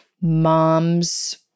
moms